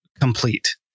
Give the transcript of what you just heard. complete